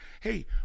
hey